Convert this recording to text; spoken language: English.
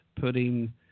putting